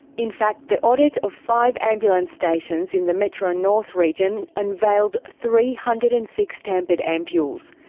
in fact the audit of five ambulance stations in the metro north region unveiled three hundred and six tampered ampoules,